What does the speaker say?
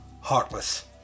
Heartless